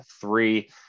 three